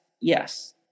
Yes